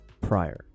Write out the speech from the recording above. prior